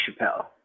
Chappelle